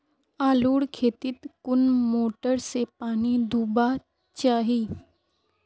आलूर खेतीत कुन मोटर से पानी दुबा चही?